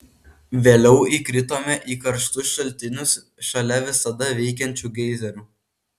vėliau įkritome į karštus šaltinius šalia visada veikiančių geizerių